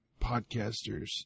podcasters